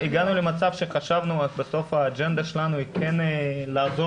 הגענו למצב שבסוף האג'נדה שלנו היא כן לעזור